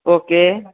okay